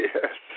Yes